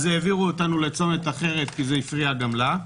אז העבירו אותנו העבירו אותנו לצומת אחרת כי זה הפריע גם לה.